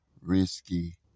risky